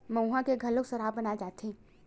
मउहा के घलोक सराब बनाए जाथे